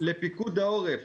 לפיקוד העורף,